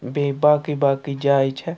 بیٚیہِ باقٕے باقٕے جایہِ چھےٚ